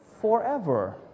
forever